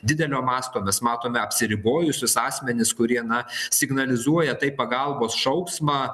didelio masto mes matome apsiribojusius asmenis kurie na signalizuoja tai pagalbos šauksmą